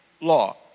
law